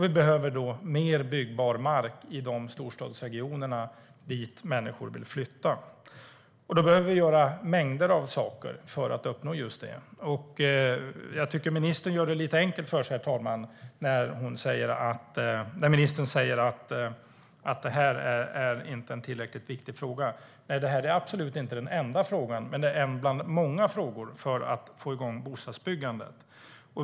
Vi behöver mer byggbar mark i de storstadsregioner dit människor vill flytta, och då behöver vi göra mängder av saker för att uppnå just det. Jag tycker att ministern gör det lite enkelt för sig när ministern säger att det här inte är en tillräckligt viktig fråga. Nej, det här är absolut inte den enda frågan, men den är en bland många frågor för att få igång bostadsbyggandet.